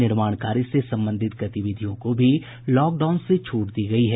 निर्माण कार्य से संबंधित गतिविधियों को भी लॉकडाउन से छूट दी गयी है